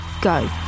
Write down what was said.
go